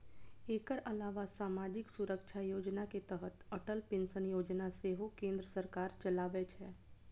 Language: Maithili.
एकर अलावा सामाजिक सुरक्षा योजना के तहत अटल पेंशन योजना सेहो केंद्र सरकार चलाबै छै